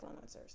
influencers